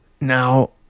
now